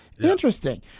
Interesting